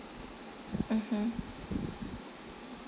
mmhmm